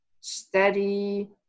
steady